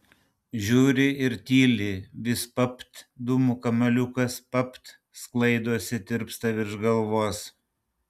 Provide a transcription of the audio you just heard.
žiūri ir tyli vis papt dūmų kamuoliukas papt sklaidosi tirpsta virš galvos